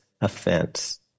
offense